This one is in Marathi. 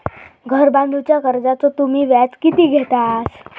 घर बांधूच्या कर्जाचो तुम्ही व्याज किती घेतास?